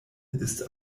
ist